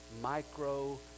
micro